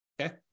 okay